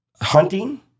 hunting